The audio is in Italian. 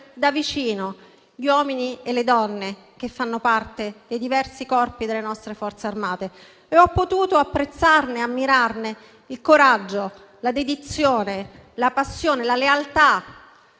vita - gli uomini e le donne che fanno parte dei diversi corpi delle nostre Forze armate. Ho potuto apprezzarne e ammirarne il coraggio, la dedizione, la passione, la lealtà